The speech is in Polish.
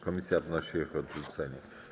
Komisja wnosi o ich odrzucenie.